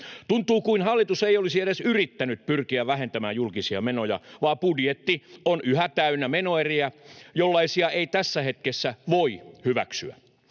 Tuntuu kuin hallitus ei olisi edes yrittänyt pyrkiä vähentämään julkisia menoja, vaan budjetti on yhä täynnä menoeriä, jollaisia ei tässä hetkessä voi hyväksyä.